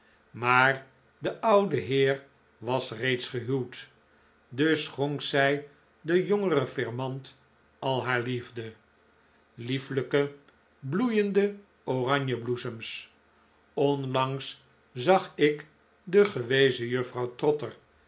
maar de oude heer was reeds gehuwd dus sehonk zij den jongeren flrmant al haar liefde lieflijke bloeiende oranjebloesems onlangs zag ik de gewezen juffrouw trotter